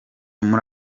muri